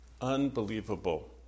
Unbelievable